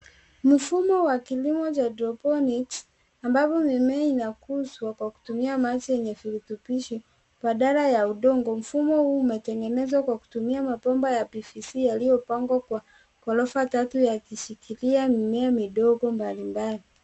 Mifumo wa kilimo ya haidroponics ambapo mimea inakuzwa kwa kutumia maji yenye virutubisho, badala ya udongo, mfumo huu umetengenezwa kwa kutumia mabomba ya PVC yaliyopangwa kwa ghorofa tatu ya kushikilia mimea midogo mbalimbali.